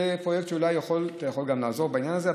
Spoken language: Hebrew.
זה פרויקט, אולי אתה יכול לעזור בעניין הזה.